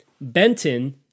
Benton